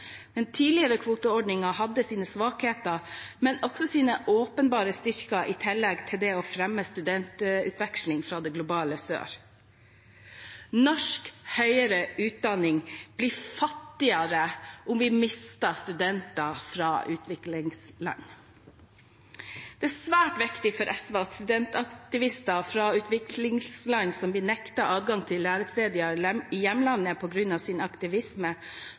Den tidligere kvoteordningen hadde sine svakheter, men også sine åpenbare styrker i tillegg til det at den fremmet studentutveksling fra det globale sør. Norsk høyere utdanning blir fattigere om vi mister studenter fra utviklingsland. Det er svært viktig for SV at studentaktivister som kommer fra utviklingsland og blir nektet adgang til læresteder i hjemlandet på grunn av sin aktivisme,